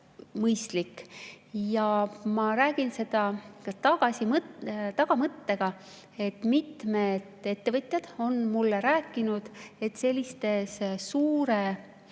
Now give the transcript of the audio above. Ma räägin seda tagamõttega. Mitmed ettevõtjad on mulle rääkinud, et sellistes suure